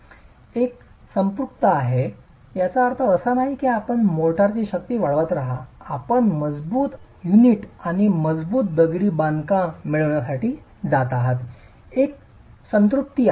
एक संपृक्तता आहे याचा अर्थ असा नाही की आपण मोर्टारची शक्ती वाढवत रहा आपण मजबूत युनिट आणि मजबूत दगडी बांधकाम मिळविण्यासाठी जात आहात एक संतृप्ति आहे